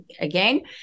again